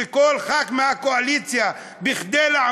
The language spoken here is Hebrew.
וכל חבר כנסת מהקואליציה,